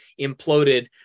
imploded